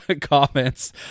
comments